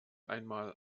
einmal